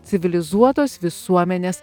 civilizuotos visuomenės